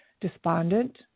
despondent